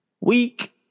week